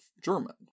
German